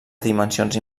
dimensions